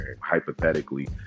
hypothetically